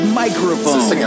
microphone